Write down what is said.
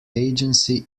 agency